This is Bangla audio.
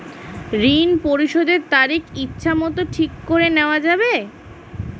ঋণ পরিশোধের তারিখ ইচ্ছামত ঠিক করে নেওয়া যাবে?